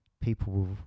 people